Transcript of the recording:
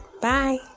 Bye